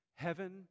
Heaven